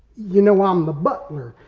you know i'm the butler.